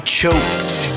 choked